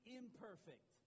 imperfect